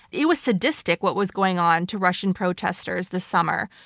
it was sadistic what was going on to russian protestors this summer.